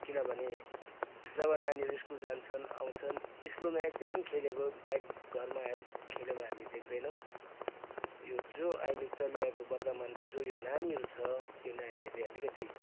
किनभने जब नानीहरू स्कुल जान्छन् आउँछन् स्कुलमा एकैछिन खेलेको बाहेक घरमा आएर खेलेको हामी देख्दैनौँ यो जो अहिले चलिआएको वर्तमानको जो यो नानीहरू छ यो नानीहरूले अलिकति